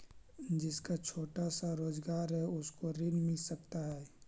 जिसका छोटा सा रोजगार है उसको ऋण मिल सकता है?